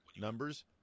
numbers